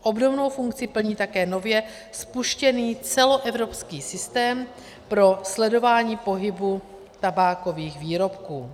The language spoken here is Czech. Obdobnou funkci plní také nově spuštěný celoevropský systém pro sledování pohybu tabákových výrobků.